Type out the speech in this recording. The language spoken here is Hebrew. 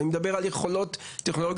אני מדבר על יכולות טכנולוגיות.